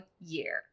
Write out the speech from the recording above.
year